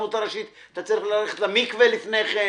ללכת למקווה לפני כן.